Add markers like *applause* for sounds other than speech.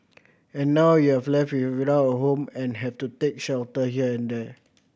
and now you have left *unintelligible* without a home and have to take shelter here and there